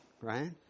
Right